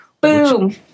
Boom